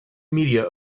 media